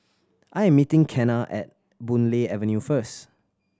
I'm meeting Kenna at Boon Lay Avenue first